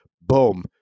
boom